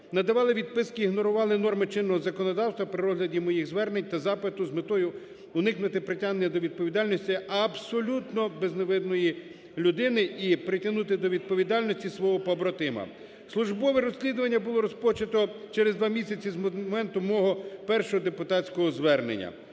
надавали відписки, ігнорували норми чинного законодавства при розгляді моїх звернень та запиту з метою уникнути притягнення до відповідальності абсолютно безневинної людини і притягнути до відповідальності свого побратима. Службове розслідування було розпочато через два місяці з моменту мого першого депутатського звернення.